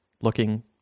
looking